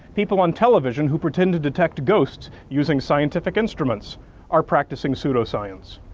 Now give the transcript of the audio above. people on television who pretend to detect ghosts using scientific instruments are practicing pseudoscience.